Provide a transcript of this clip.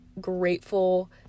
grateful